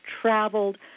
traveled